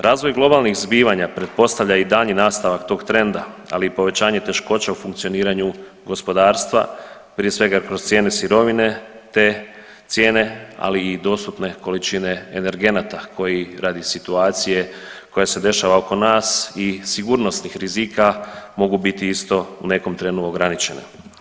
Razvoj globalnih zbivanja pretpostavlja i daljnji nastavak tog trenda, ali i povećanje teškoća u funkcioniranju gospodarstva, prije svega kroz cijene sirovine te cijene ali i dostupne količine energenata koji radi situacije koja se dešava oko nas i sigurnosnih rizika mogu biti isto u nekom trenu ograničene.